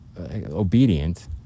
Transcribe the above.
obedient